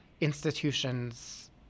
institutions